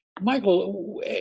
Michael